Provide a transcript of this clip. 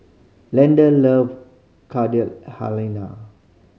Leda love Carrot Halina